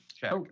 check